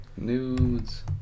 Nudes